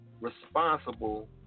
responsible